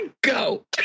go